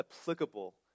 applicable